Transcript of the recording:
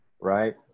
Right